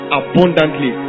abundantly